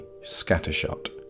scattershot